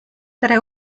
tre